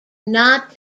not